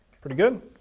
pretty good.